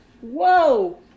Whoa